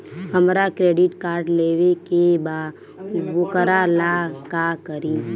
हमरा credit card लेवे के बा वोकरा ला का करी?